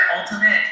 ultimate